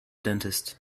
dentist